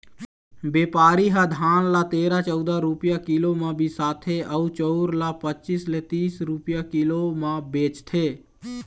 बेपारी ह धान ल तेरा, चउदा रूपिया किलो म बिसाथे अउ चउर ल पचीस ले तीस रूपिया किलो म बेचथे